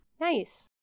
Nice